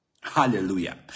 Hallelujah